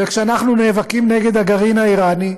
וכשאנחנו נאבקים נגד הגרעין האיראני,